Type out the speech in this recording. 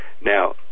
Now